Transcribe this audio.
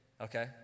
Okay